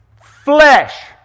flesh